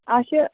اَچھا